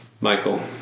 Michael